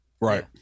Right